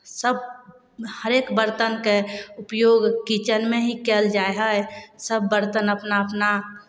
सभ हरेक बरतनके उपयोग किचनमे ही कयल जाइ हइ सभ बरतन अपना अपना